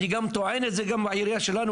ואני טוען את זה גם בעירייה שלנו,